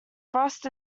frost